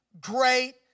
great